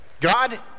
God